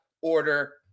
order